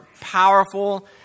powerful